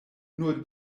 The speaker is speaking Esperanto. nur